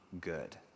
good